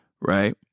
right